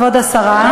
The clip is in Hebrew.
כבוד השרה,